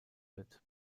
wird